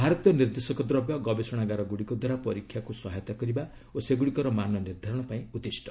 ଭାରତୀୟ ନିର୍ଦ୍ଦେଶକ ଦ୍ରବ୍ୟ' ଗବେଷଣାଗାର ଗୁଡ଼ିକ ଦ୍ୱାରା ପରୀକ୍ଷାକୁ ସହାୟତା କରିବା ଓ ସେଗୁଡ଼ିକର ମାନ ନିର୍ଦ୍ଧାରଣ ପାଇଁ ଉଦ୍ଦିଷ୍ଟ